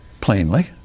plainly